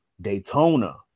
Daytona